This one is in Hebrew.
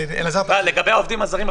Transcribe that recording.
לגבי העובדים הזרים,